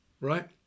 right